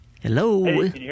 Hello